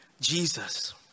Jesus